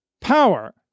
Power